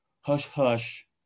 hush-hush